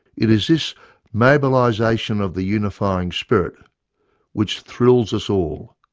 it is this mobilisation of the unifying spirit which thrills us all,